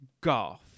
golf